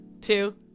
two